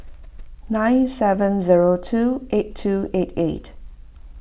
nine seven zero two eight two eight eight